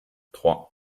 trois